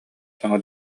саҥа